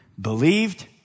believed